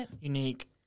unique